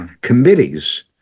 Committees